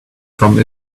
from